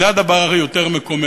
זה הדבר היותר-מקומם,